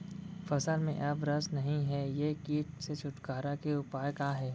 फसल में अब रस नही हे ये किट से छुटकारा के उपाय का हे?